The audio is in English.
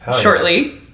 shortly